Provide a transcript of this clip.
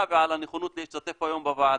ועל הנכונות להשתתף פה היום בוועדה.